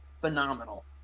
phenomenal